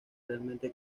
realmente